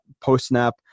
post-snap